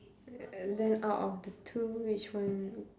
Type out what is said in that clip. uh then out of the two which one